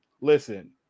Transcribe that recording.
Listen